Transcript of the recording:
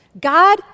God